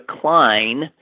Klein